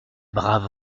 brave